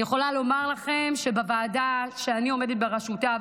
אני יכולה לומר לכם שבוועדה שאני עומדת בראשותה,